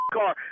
car